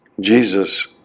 Jesus